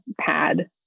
pad